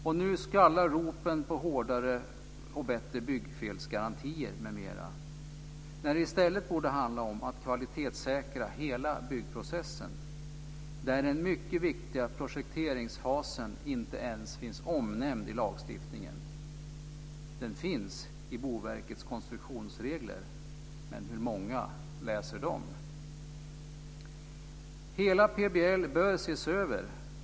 Och nu skallar ropen på hårdare och bättre byggfelsgarantier m.m. när det i stället borde handla om att kvalitetssäkra hela byggprocessen. Den mycket viktiga projekteringsfasen finns inte ens omnämnd i lagstiftningen. Den finns i Boverkets konstruktionsregler, men hur många läser dem? Hela PBL bör ses över.